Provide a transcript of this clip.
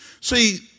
See